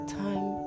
time